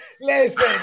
listen